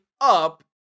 up